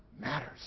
matters